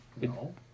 No